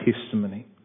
testimony